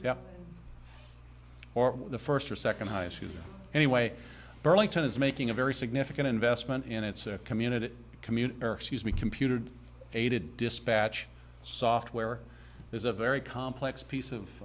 or the first or second highest anyway burlington is making a very significant investment in its community community or excuse me computer aided dispatch software is a very complex piece of